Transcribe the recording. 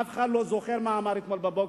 אף אחד לא זוכר מה הוא אמר אתמול בבוקר,